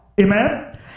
Amen